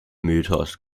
mythos